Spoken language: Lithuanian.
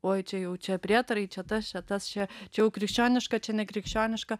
oi čia jau čia prietarai čia tas čia tas čia čia jau krikščioniška čia nekrikščioniška